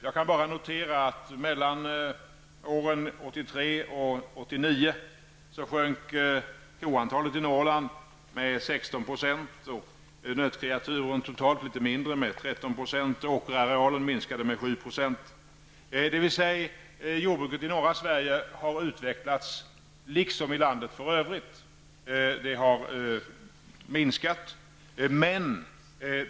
Jag kan bara notera att mellan 1983 och 1989 sjönk koantalet i Jordbruket i norra Sverige har utvecklats liksom i landet i övrigt: det har minskat.